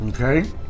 Okay